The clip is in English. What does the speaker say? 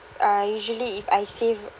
uh usually if I save